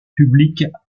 publiques